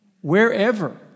Wherever